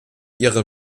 ihre